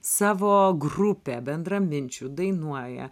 savo grupę bendraminčių dainuoja